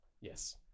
Yes